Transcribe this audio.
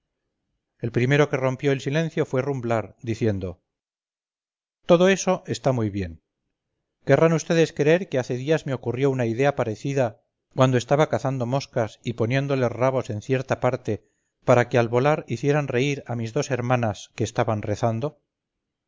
el primero que rompió el silencio fue rumblar diciendo todo eso está muy bien dicho querrán ustedes creer que hace días me ocurrió una idea parecida cuando estaba cazando moscas y poniéndoles rabos en cierta parte para que al volar hicieran reír a mis dos hermanas que estaban rezando